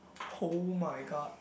[oh]-my god